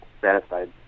satisfied